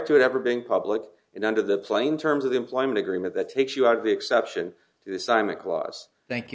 to it ever being public and under the plain terms of employment agreement that takes you out of the exception to the simon clause thank you